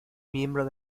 miembro